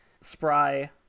Spry